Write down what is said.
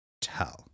tell